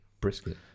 Brisket